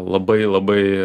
labai labai